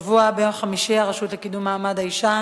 השבוע, ביום חמישי, הרשות לקידום מעמד האשה